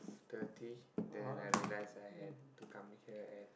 thirty then I realise I have to come here at